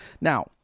Now